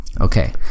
Okay